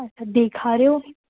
अच्छा ॾेखारियो